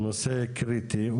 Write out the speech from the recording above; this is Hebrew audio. נושא קריטי.